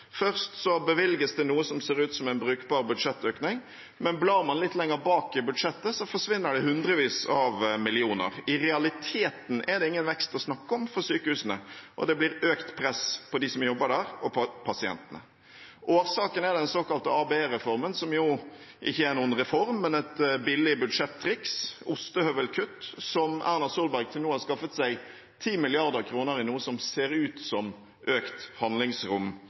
bevilges det noe som ser ut som en brukbar budsjettøkning, men blar man litt lenger bak i budsjettet, forsvinner det hundrevis av millioner. I realiteten er det ingen vekst å snakke om for sykehusene, og det blir økt press på dem som jobber der, og på pasientene. Årsaken er den såkalte ABE-reformen, som jo ikke er noen reform, men et billig budsjettriks, ostehøvelkutt, som Erna Solberg til nå har skaffet seg 10 mrd. kr med, i noe som ser ut som økt handlingsrom,